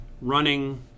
running